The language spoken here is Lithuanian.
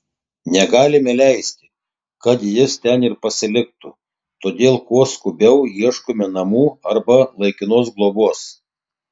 negalime leisti kad jis ten ir pasiliktų todėl kuo skubiau ieškome namų arba laikinos globos